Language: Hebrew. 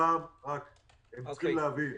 הפעם הם צריכים להבין,